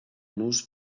nus